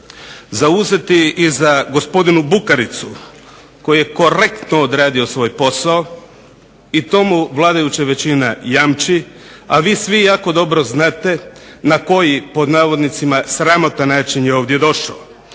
zauzeti i za gospodina Bukaricu koji je korektno odradio svoj posao i to mu vladajuća većina jamči, a vi svi jako dobro znate na koji "sramotan" način je ovdje došao.